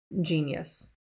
genius